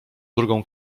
drugą